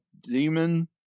demon